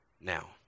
now